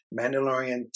Mandalorian